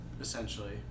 essentially